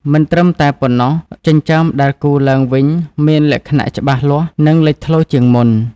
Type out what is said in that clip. មិនត្រឹមតែប៉ុណ្ណោះ ចិញ្ចើមដែលគូរឡើងវិញមានលក្ខណៈច្បាស់លាស់ និងលេចធ្លោជាងមុន។